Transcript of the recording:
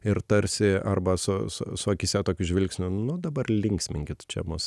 ir tarsi arba su su su akyse tokiu žvilgsniu nu dabar linksminkit čia mus